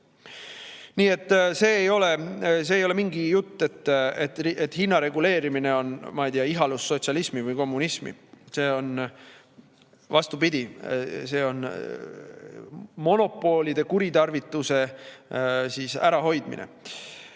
Nii et see ei ole mingi jutt, et hinna reguleerimine on, ma ei tea, sotsialismi või kommunismi ihalus. Vastupidi, see on monopolide kuritarvituse ärahoidmine.